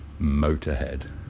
Motorhead